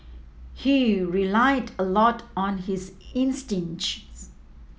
he relied a lot on his